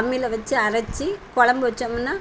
அம்மியில் வச்சு அரைச்சி கொழம்பு வைச்சமுன்னா